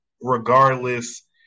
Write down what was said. regardless